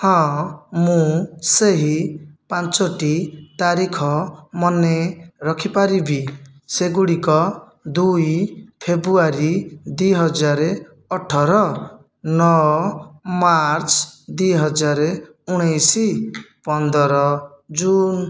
ହଁ ମୁଁ ସେହି ପାଞ୍ଚଟି ତାରିଖ ମନେ ରଖିପାରିବି ସେଗୁଡିକ ଦୁଇ ଫେବୃଆରୀ ଦୁଇ ହଜାର ଅଠର ନଅ ମାର୍ଚ୍ଚ ଦୁଇ ହଜାର ଉଣେଇଶ ପନ୍ଦର ଜୁନ